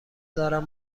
دارم